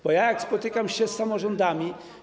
Bo jak spotykam się z samorządami.